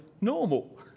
normal